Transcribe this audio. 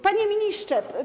Panie Ministrze!